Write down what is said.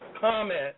comment